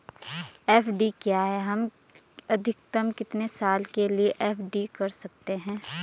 FD क्या है हम अधिकतम कितने साल के लिए एफ.डी कर सकते हैं?